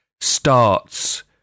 starts